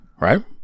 right